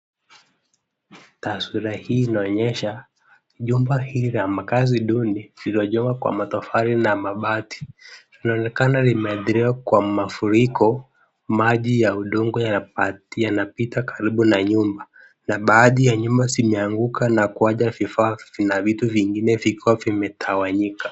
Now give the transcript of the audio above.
Taswira hii inaonyesha jumba hili la makazi duni, lililojengwa kwa matofali na mabati. Linaonekana limeadhiriwa kwa mafuriko. Maji ya udongo yanapita karibu na nyumba, na baadhi ya nyumba zimeanguka na kuacha vifaa na vitu vingine vikiwa vimeanguka vimetawanyika.